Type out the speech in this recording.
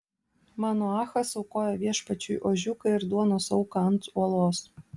manoachas aukojo viešpačiui ožiuką ir duonos auką ant uolos